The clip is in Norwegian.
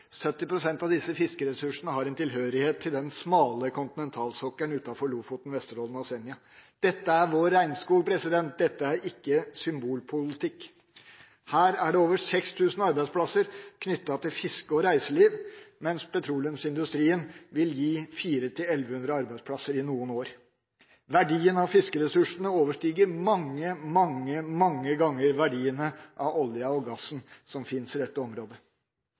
av disse fiskeressursene – en tilhørighet til den smale kontinentalsokkelen utenfor Lofoten, Vesterålen og Senja. Dette er vår regnskog. Dette er ikke symbolpolitikk. Her er det over 6 000 arbeidsplasser knyttet til fiske og reiseliv, mens petroleumsindustrien vil gi 400–1 100 arbeidsplasser i noen år. Verdien av fiskeressursene overstiger mange, mange, mange ganger verdiene av oljen og gassen som fins i dette området.